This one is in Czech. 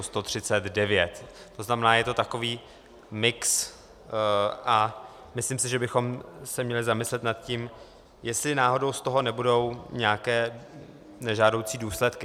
To znamená, je to takový mix a myslím si, že bychom se měli zamyslet nad tím, jestli náhodou z toho nebudou nějaké nežádoucí důsledky.